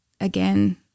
again